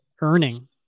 earning